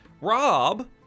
Rob